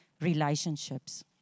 relationships